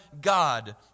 God